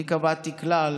אני קבעתי כלל